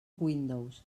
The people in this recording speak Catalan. windows